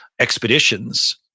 expeditions